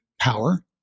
power